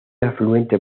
afluente